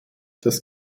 das